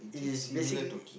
is basically